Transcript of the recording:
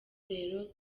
rero